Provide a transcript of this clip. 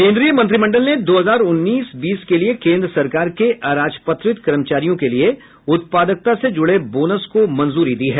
केन्द्रीय मंत्रिमंडल ने दो हजार उन्नीस बीस के लिए केन्द्र सरकार के अराजपत्रित कर्मचारियों के लिए उत्पादकता से जुड़े बोनस को मंजूरी दी है